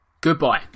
goodbye